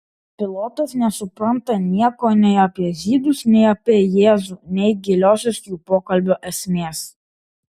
pilotas nesupranta nieko nei apie žydus nei apie jėzų nei giliosios jų pokalbio esmės